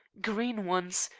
green ones,